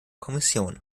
kommission